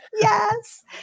yes